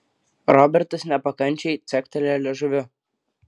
robertas nepakančiai caktelėjo liežuviu